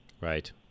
Right